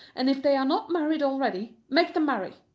and if they are not married already, make them marry.